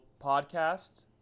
podcast